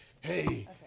hey